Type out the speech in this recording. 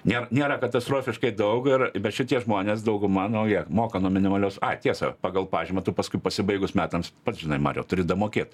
nėr nėra katastrofiškai daug ir bet šitie žmonės dauguma nu jie moka nuo minimalios ai tiesa pagal pažymą tu paskui pasibaigus metams pats žinai mariau turi damokėt